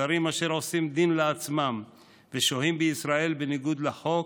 זרים אשר עושים דין לעצמם ושוהים בישראל בניגוד לחוק